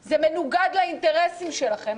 זה מנוגד לאינטרסים שלכם.